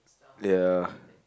ya